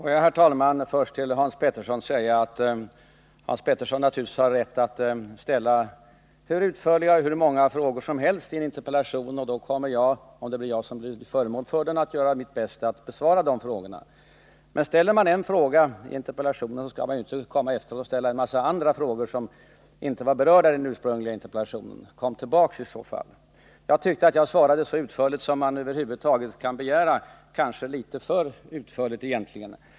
Herr talman! Får jag först till Hans Petersson i Hallstahammar säga att han naturligtvis har rätt att ställa hur utförliga och hur många frågor som helst i en interpellation. Om det är jag som blir föremål för en sådan interpellation kommer jag att göra mitt bästa för att besvara de frågorna. Men ställer man en fråga i en interpellation skall man sedan inte komma efteråt och ställa en massa andra frågor, som inte berörts i den utsprungliga interpellationen. Kom i så fall i stället tillbaka! Jag tyckte att jag svarade så utförligt som man över huvud taget kan begära — kanske litet för utförligt egentligen.